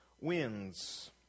wins